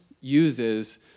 uses